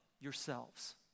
yourselves